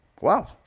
Wow